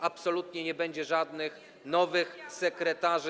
Absolutnie nie będzie żadnych nowych sekretarzy.